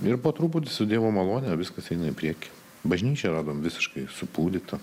ir po truputį su dievo malone viskas eina į priekį bažnyčią radom visiškai supūdytą